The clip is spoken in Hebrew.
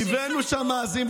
הבאתי שוטרים,